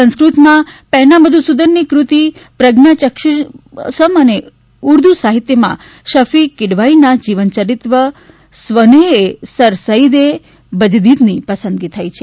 સંસ્કૃતમાં પેન્ના મધુસૂધનની કૃતિ પ્રજ્ઞાચક્ષુસમ્ અને ઉર્દુ સાહિત્યમાં શફી કીડવાઇના જીવનચરિત્ર સ્વનેહ એ સર સઇદ એક બજદીદની પસંદગી થઇ છે